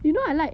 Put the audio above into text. you know I like